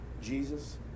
Jesus